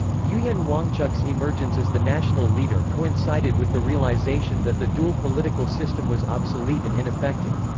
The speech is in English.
ugyen wangchuck's emergence as the national leader coincided with the realization that the dual political system was obsolete and ineffective.